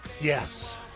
Yes